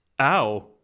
ow